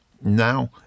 Now